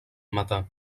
matar